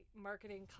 marketing